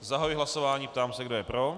Zahajuji hlasování a ptám se, kdo je pro.